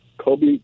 Kobe